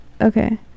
Okay